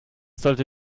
sollte